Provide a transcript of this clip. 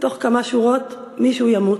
תוך כמה שורות מישהו ימות.